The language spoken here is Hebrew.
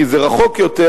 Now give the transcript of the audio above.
כי זה רחוק יותר,